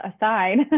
aside